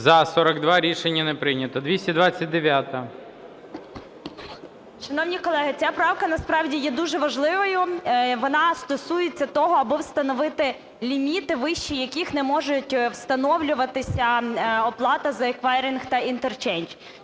12:32:08 ВАСИЛЬЧЕНКО Г.І. Шановні колеги, ця правка насправді є дуже важливою. Вона стосується того, аби встановити ліміти, вище яких не можуть встановлюватися оплата за еквайринг та інтерчейндж.